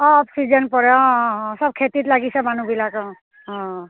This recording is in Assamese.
অঁ অ'ফ চিজন পৰে অঁ অঁ চব খেতিত লাগিছে মানুহবিলাক অঁ অঁ